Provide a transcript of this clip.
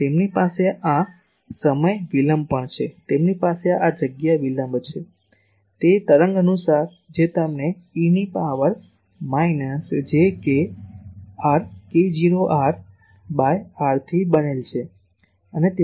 તેમની પાસે આ સમય વિલંબ પણ છે તેમની પાસે જગ્યા વિલંબ છે તે તરંગ અનુસાર જે તેમને eની power minus j k r k0 r by r થી બનેલ છે